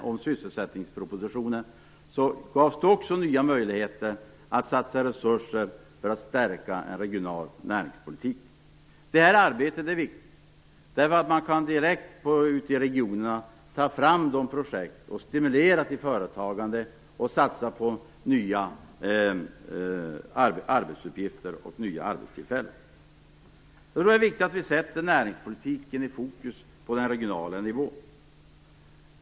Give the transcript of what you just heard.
Genom sysselsättningspropositionen gavs det nya möjligheter att satsa resurser för att stärka en regional näringspolitik. Detta arbete är viktigt. Man kan ute i regionerna direkt ta fram projekt, stimulera till företagande och satsa på nya arbetstillfällen. Det är viktigt att vi sätter näringspolitiken i fokus på den regionala nivån.